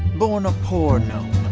born a poor gnome,